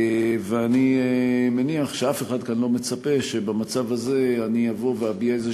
ואני מניח שאף אחד כאן לא מצפה שבמצב הזה אני אבוא ואביע עמדה